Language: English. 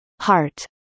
heart